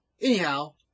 Anyhow